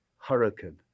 hurricane